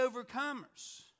overcomers